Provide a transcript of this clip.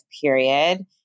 period